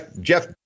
Jeff